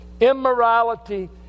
Immorality